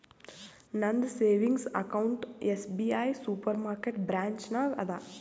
ನಂದ savings account SBI supermarket branch ನಾಗ್ ಅದಾ